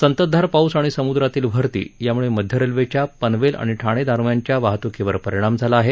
संततधार पाऊस आणि सम्द्रातील भरती यामुळे मध्यरेल्वेच्या पनवेल आणि ठाणे दरम्यानच्या वाहतूकीवर परिणाम झाला आहे